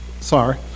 sorry